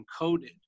encoded